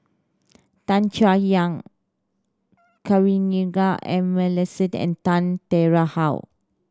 Tan Chay Yan Kavignareru Amallathasan and Tan Tarn How